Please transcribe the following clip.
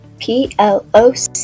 PLOC